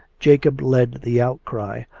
jacob led the outcry,